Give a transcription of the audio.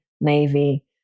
navy